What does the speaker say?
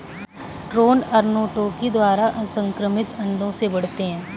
drone arrhenotoky द्वारा असंक्रमित अंडों से बढ़ते हैं